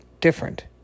different